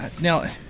now